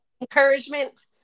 encouragement